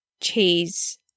cheese